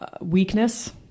weakness